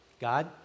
God